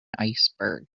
iceberg